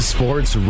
Sports